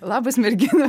labas mergina